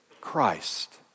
Christ